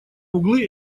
углы